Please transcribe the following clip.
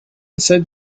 said